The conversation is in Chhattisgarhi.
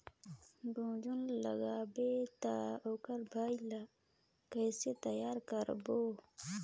गुनजा लगाबो ता ओकर भुईं ला कइसे तियार करबो?